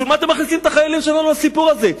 בשביל מה אתם מכניסים את החיילים שלנו לסיפור הזה?